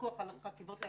החטיבות העליונות,